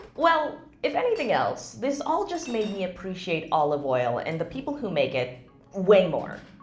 well, if anything else, this all just made me appreciate olive oil and the people who make it way more.